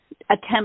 attempt